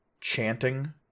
chanting